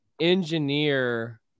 engineer